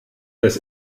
des